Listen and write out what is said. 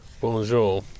Bonjour